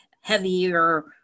heavier